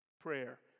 prayer